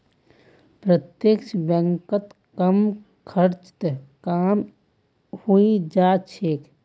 प्रत्यक्ष बैंकत कम खर्चत काम हइ जा छेक